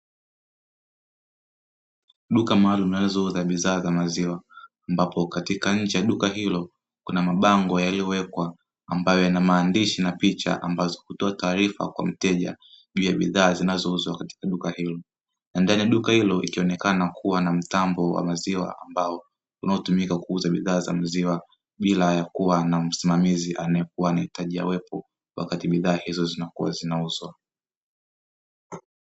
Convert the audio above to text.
Duka maalumu linalouza bidhaa za maziwa, lenye mabango na picha zenye maandishi yanayotoa taarifa kwa mteja. Ndani ya duka hilo kuna mtambo wa maziwa unaotumika kuuza bidhaa hizo bila ya kuwa na msimamizi anayehitaji awepo wakati wa mauzo.